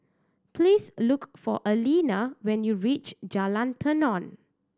please look for Aleena when you reach Jalan Tenon